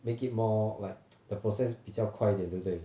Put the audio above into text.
make it more like the process 比较快一点对不对